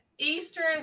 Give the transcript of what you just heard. eastern